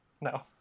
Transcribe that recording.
No